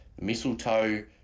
mistletoe